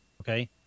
okay